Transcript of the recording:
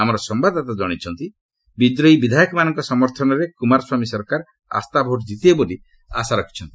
ଆମର ସମ୍ଭାଦଦାତା ଜଣାଇଛନ୍ତି ବିଦ୍ରୋହୀ ବିଧାୟକମାନଙ୍କ ସମର୍ଥନରେ କୁମାରସ୍ୱାମୀ ସରକାର ଆସ୍ଥାଭୋଟ୍ ଜିତିବେ ବୋଲି ଆଶା ରଖିଛନ୍ତି